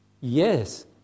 Yes